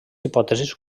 hipòtesis